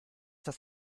das